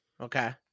Okay